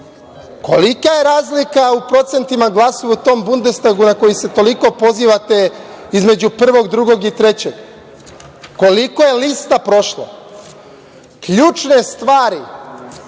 kolika je razlika u procentima glasova u tom Bundestagu na koji se toliko pozivate, između prvog, drugog i trećeg? Koliko je lista prošlo? Ključne stvari